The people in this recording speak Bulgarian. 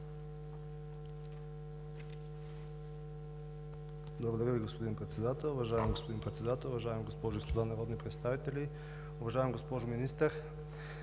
Ви, господин Председател. Уважаеми господин Председател, уважаеми госпожи и господа народни представители! Уважаема госпожо Министър,